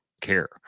care